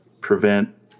prevent